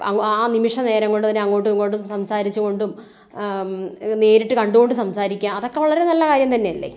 ആ നിമിഷ നേരം കൊണ്ട് തന്നെ അങ്ങോട്ടും ഇങ്ങോട്ടും സംസാരിച്ചു കൊണ്ടും നേരിട്ട് കണ്ടുകൊണ്ട് സംസാരിക്കാം അതൊക്കെ വളരെ നല്ല കാര്യം തന്നെ അല്ലേ